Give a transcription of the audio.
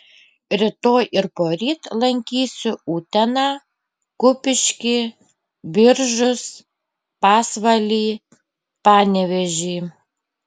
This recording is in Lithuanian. rytoj ir poryt lankysiu uteną kupiškį biržus pasvalį panevėžį